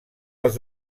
els